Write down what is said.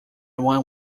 one